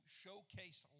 showcase